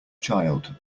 child